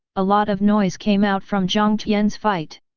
a lot of noise came out from jiang tian's fight.